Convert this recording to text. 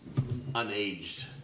unaged